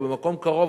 או במקום קרוב,